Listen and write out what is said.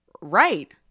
Right